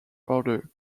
border